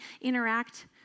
interact